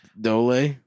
Dole